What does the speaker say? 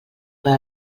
per